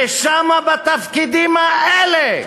ושם בתפקידים האלה